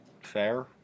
Fair